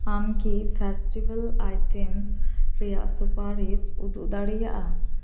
ᱟᱢ ᱠᱤ festival items ᱨᱮᱭᱟᱜ ᱥᱩᱯᱟᱨᱤᱥ ᱩᱫᱩᱜ ᱫᱟᱲᱤᱭᱟᱜᱼᱟ